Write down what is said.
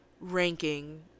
ranking